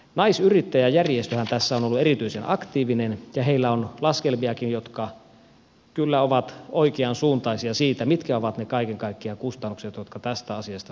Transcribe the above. naisyrittäjäjärjestöhän tässä on ollut erityisen aktiivinen ja heillä on laskelmiakin jotka kyllä ovat oikeansuuntaisia siitä mitkä ovat kaiken kaikkiaan ne kustannukset jotka tästä asiasta syntyvät